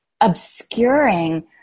obscuring